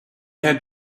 had